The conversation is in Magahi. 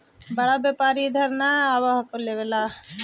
बड़का व्यापारि इधर नय आब हको लेबे ला?